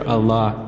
Allah